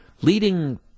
leading